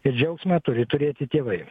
ir džiaugsmą turi turėti tėvai